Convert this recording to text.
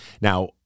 Now